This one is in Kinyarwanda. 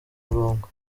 murongo